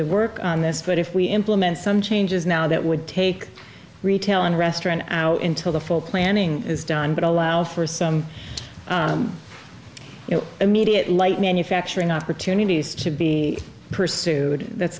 to work on this but if we implement some changes now that would take retail in restaurant out into the full planning is done but allow for some you know immediate light manufacturing opportunities to be pursued that